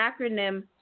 acronym